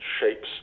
shapes